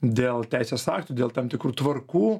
dėl teisės aktų dėl tam tikrų tvarkų